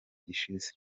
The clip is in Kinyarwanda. gishize